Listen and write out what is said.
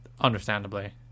Understandably